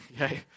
okay